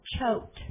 choked